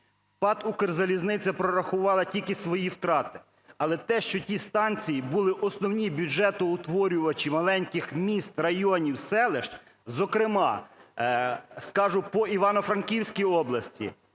ПАТ "Укрзалізниця" прорахувала тільки свої втрати. Але те, що ті станції були основні бюджетоутворювачі маленьких міст, районів, селищ, зокрема, скажу по Івано-Франківській області,